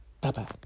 Bye-bye